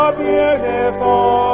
beautiful